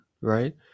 right